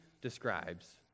describes